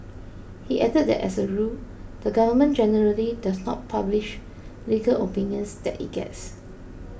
he added that as a rule the Government generally does not publish legal opinions that it gets